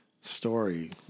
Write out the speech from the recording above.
story